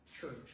church